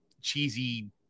cheesy